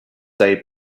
day